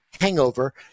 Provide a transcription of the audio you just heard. hangover